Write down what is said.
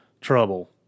trouble